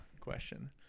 Question